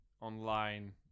online